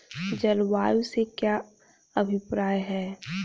जलवायु से क्या अभिप्राय है?